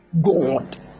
God